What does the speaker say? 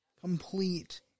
complete